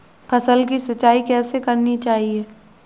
फसल की सिंचाई कैसे करनी चाहिए?